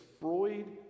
Freud